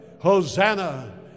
Hosanna